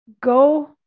go